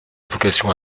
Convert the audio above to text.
vocation